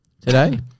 today